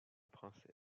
princesse